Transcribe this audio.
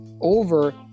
over